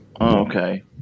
okay